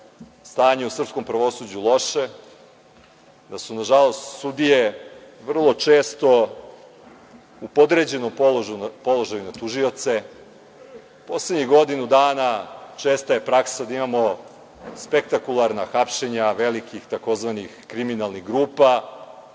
stanje u srpskom pravosuđu loše, da su, nažalost, sudije vrlo često u podređenom položaju u odnosu na tužioce. Poslednjih godinu dana česta je praksa da imamo spektakularna hapšenja velikih tzv. kriminalnih grupa,